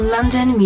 London